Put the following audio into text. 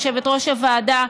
יושבת-ראש הוועדה,